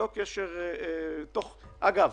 אגב,